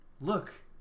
Look